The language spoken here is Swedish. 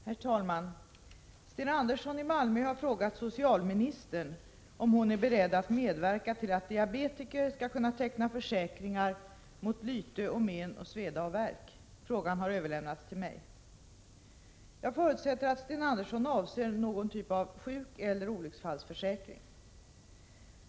Herr talman! Sten Andersson i Malmö har frågat socialministern om hon är beredd att medverka till att diabetiker skall kunna teckna försäkringar mot lyte och men och sveda och värk. Frågan har överlämnats till mig. Jag förutsätter att Sten Andersson avser någon typ av sjukeller olycksfallsförsäkring.